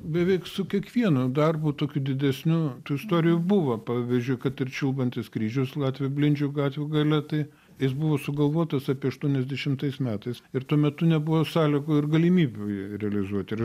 beveik su kiekvienu darbu tokiu didesniu tų istorijų buvo pavyzdžiui kad ir čiulbantis kryžius latvių blindžių gatvių gale tai jis buvo sugalvotas apie aštuoniasdešimtais metais ir tuo metu nebuvo sąlygų ir galimybių jį realizuot ir